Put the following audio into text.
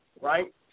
right